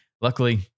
luckily